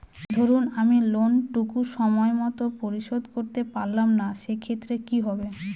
ধরুন আমি লোন টুকু সময় মত পরিশোধ করতে পারলাম না সেক্ষেত্রে কি হবে?